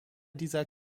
dieser